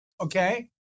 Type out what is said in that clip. Okay